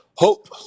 Hope